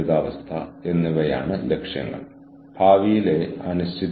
ഇത് ധാർമ്മികമാണോ അതോ അധാർമ്മികമാണോ എന്ന് എനിക്കറിയില്ല